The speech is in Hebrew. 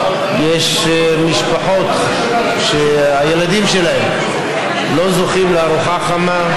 יש משפחות שהילדים שלהן לא זוכים לארוחה חמה,